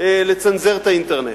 לצנזר את האינטרנט,